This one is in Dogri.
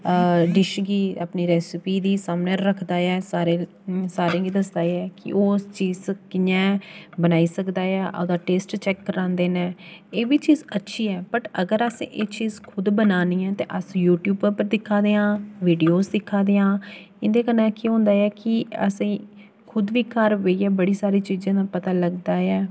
डिश गी अपनी रैस्पी दी सामनै रखदा ऐ सारें गी दस्सदा ऐ कि ओह् चीज कियां बनाई सकदा ऐ अगर टेस्ट चैक करांदे ने एह् बी चीज़ अच्छी ऐ बट्ट अगर अस एह् चीज खुद बनानी ऐ ते अस यू ट्यूबा पर दिक्खा दे आं बिड़िओज़ दिक्खा दे आं इं'दे कन्नै केह् होंदा ऐ कि असें खुद बी घर बेहियै बड़ी सारी चीज़ें दा पता लगदा ऐ